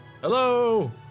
Hello